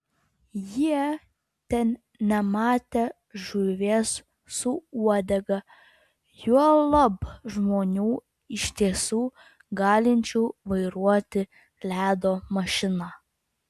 jie ten nematę žuvies su uodega juolab žmonių iš tiesų galinčių vairuoti ledo mašiną